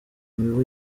mibu